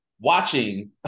watching